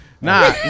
Nah